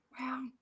Wow